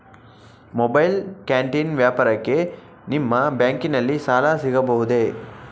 Mobile canteen ವ್ಯಾಪಾರಕ್ಕೆ ನಿಮ್ಮ ಬ್ಯಾಂಕಿನಲ್ಲಿ ಸಾಲ ಸಿಗಬಹುದೇ?